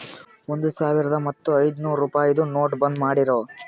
ಒಂದ್ ಸಾವಿರ ಮತ್ತ ಐಯ್ದನೂರ್ ರುಪಾಯಿದು ನೋಟ್ ಬಂದ್ ಮಾಡಿರೂ